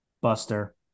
Buster